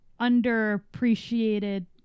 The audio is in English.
underappreciated